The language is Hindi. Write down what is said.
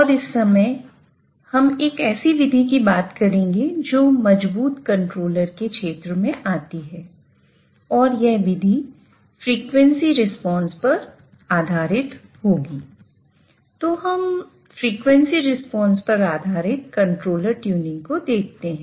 तो हम फ्रिकवेंसी रिस्पांस पर आधारित कंट्रोलर ट्यूनिंग को देखते हैं